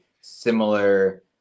similar